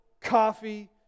coffee